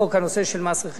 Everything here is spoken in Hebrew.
הנושא של מס רכישה,